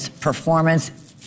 performance